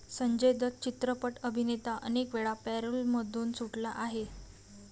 संजय दत्त चित्रपट अभिनेता अनेकवेळा पॅरोलमधून सुटला आहे